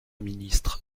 ministre